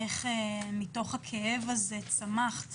איך מתוך הכאב הזה צמחת